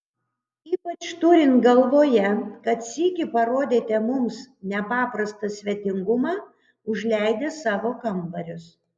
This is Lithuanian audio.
ypač turint galvoje kad sykį parodėte mums nepaprastą svetingumą užleidęs savo kambarius